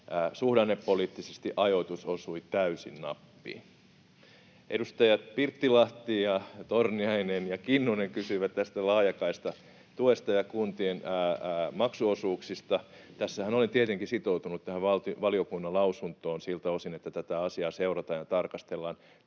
suhdannepoliittisesti ajoitus osui täysin nappiin. Edustajat Pirttilahti, Torniainen ja Kinnunen kysyivät laajakaistatuesta ja kuntien maksuosuuksista. Tässähän olen tietenkin sitoutunut tähän valiokunnan lausuntoon siltä osin, että tätä asiaa seurataan ja tarkastellaan.